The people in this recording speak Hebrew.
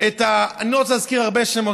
אני לא רוצה להזכיר הרבה שמות,